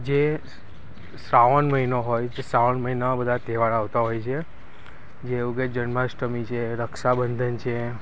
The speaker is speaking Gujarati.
જે શ્રાવણ મહિનો હોય કે શ્રાવણ મહિના બધા તહેવાર આવતા હોય છે જેવું કે જન્માષ્ટમી છે રક્ષાબંધન છે